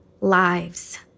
Lives